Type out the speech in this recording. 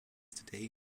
today